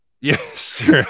Yes